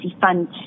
fund